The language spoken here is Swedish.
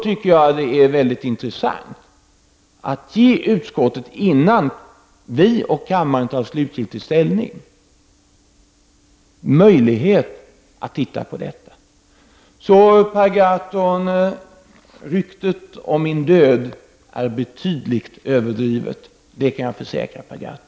I det läget är det mycket intressant att ge utskottet, innan vi och kammaren tar slutgiltig ställning, möjlighet att närmare titta på detta. Så, Per Gahrton, ryktet om min död är betydligt överdrivet — det kan jag försäkra Per Gahrton!